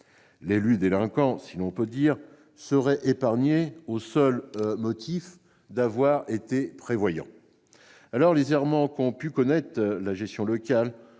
L'élu « délinquant », si l'on peut dire, serait épargné au seul motif d'avoir été prévoyant ! Les errements qu'a pu connaître la gestion locale,